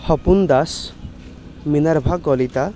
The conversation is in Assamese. সপোন দাস মিনাৰ্ভা কলিতা